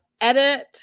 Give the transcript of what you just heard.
edit